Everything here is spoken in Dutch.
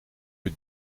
uur